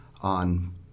on